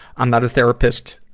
i'm not a therapist.